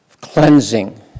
cleansing